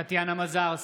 טטיאנה מזרסקי,